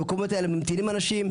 במקומות האלה ממתינים אנשים.